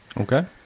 Okay